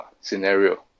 scenario